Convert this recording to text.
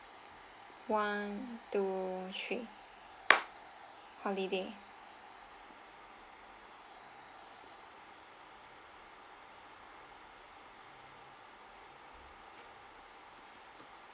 one two three holiday